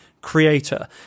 creator